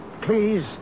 please